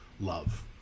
love